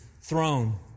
throne